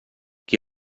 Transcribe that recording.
qui